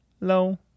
low